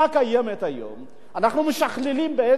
אנחנו משכללים בעצם גם את הפניות,